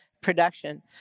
production